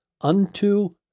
unto